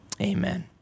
amen